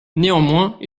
néanmoins